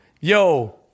Yo